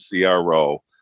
CRO